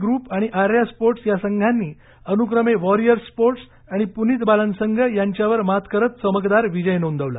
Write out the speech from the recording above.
group आणि Arya sports या संघांनी अनुक्रमे वॉरियर्स स्पोर्टस आणि प्नित बालन संघ यांच्यावर मात करत चमकदार विजय नोंदवला